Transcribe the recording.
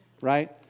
right